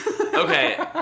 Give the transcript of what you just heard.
Okay